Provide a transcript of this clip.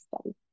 study